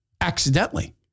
accidentally